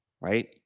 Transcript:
right